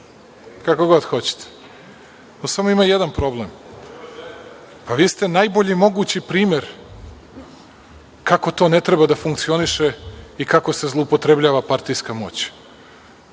kako god hoćete. Samo ima jedan problem, pa, vi ste najbolji mogući primer kako to ne treba da funkcioniše i kako se zloupotrebljava partijska moć.